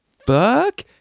Fuck